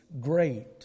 great